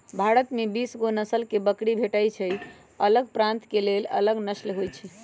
भारत में बीसगो नसल के बकरी भेटइ छइ अलग प्रान्त के लेल अलग नसल होइ छइ